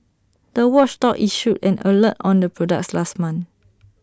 the watchdog issued an alert on the products last month